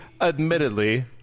admittedly